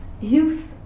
youth